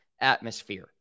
atmosphere